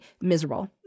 miserable